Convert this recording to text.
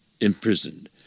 imprisoned